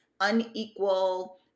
unequal